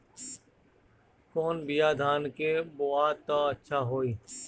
कौन बिया धान के बोआई त अच्छा होई?